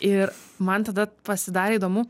ir man tada pasidarė įdomu